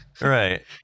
Right